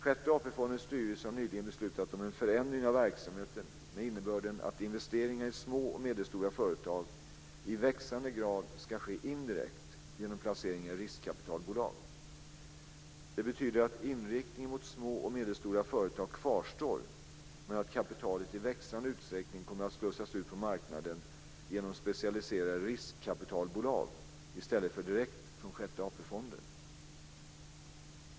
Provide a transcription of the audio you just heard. Sjätte AP-fondens styrelse har nyligen beslutat om en förändring av verksamheten med innebörden att investeringar i små och medelstora företag i växande grad ska ske indirekt, genom placeringar i riskkapitalbolag. Det betyder att inriktningen mot små och medelstora företag kvarstår, men att kapitalet i växande utsträckning kommer att slussas ut på marknaden genom specialiserade riskkapitalbolag i stället för direkt från Sjätte AP-fonden.